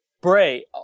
Bray